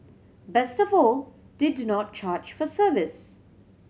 best of all they do not charge for service